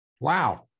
Wow